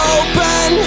open